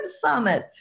Summit